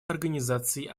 организации